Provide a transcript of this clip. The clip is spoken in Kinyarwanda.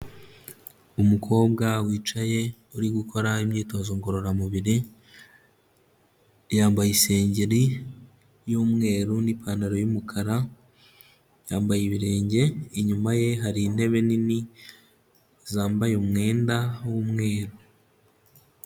Umukobwa wicaye uri gukora imyitozo ngororamubiri, yambaye isengeri y'umweru n'ipantaro y'umukara, yambaye ibirenge, inyuma ye hari intebe nini zambaye umwenda w'umweru.